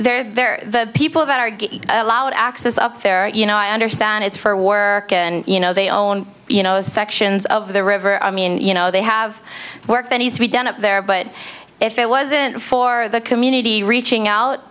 there they're the people that are allowed access up there you know i understand it's for work and you know they own you know sections of the river i mean you know they have work that needs to be done up there but if it wasn't for the community reaching out